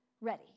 ready